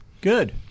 Good